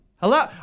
Hello